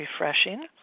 refreshing